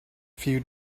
few